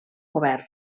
govern